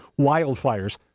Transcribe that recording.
wildfires